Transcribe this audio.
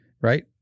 Right